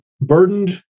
burdened